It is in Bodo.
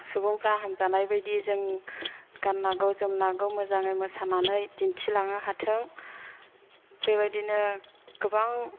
गासैबो सुबुंफ्रा हामजानाय बायदि गाननांगौ जोमनांगौ मोजाङै मोसानानै दिन्थिलांनो हाथों बे बायदिनो गोबां